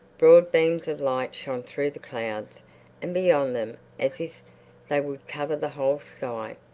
broad beams of light shone through the clouds and beyond them as if they would cover the whole sky.